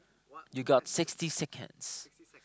you got sixty seconds